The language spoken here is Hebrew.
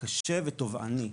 קשה ותובעני.